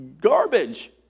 garbage